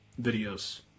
videos